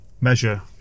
measure